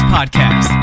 Podcast